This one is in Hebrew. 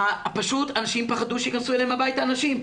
פשוט אנשים פחדו שייכנסו אליהם הביתה אנשים.